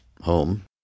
home